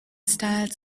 styles